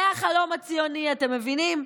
זה החלום הציוני, אתם מבינים?